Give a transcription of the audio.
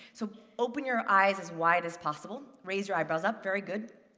so open your eyes as wide as possible. raise your eyebrows up. very good.